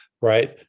right